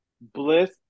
Bliss